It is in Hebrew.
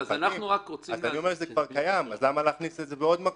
זה כבר קיים, אז למה להכניס את זה בעוד מקום?